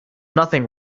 nothing